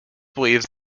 believes